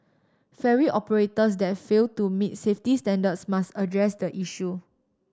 ferry operators that fail to meet safety standards must address the issue